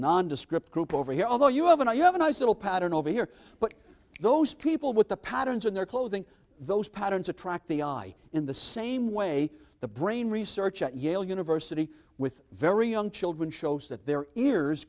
nondescript group over here although you haven't i have a nice little pattern over here but those people with the patterns in their clothing those patterns attract the eye in the same way the brain research at yale university with very young children shows that their ears